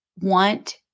want